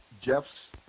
Jeff's